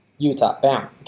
utah. bam. okay,